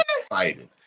excited